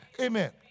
Amen